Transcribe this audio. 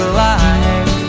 life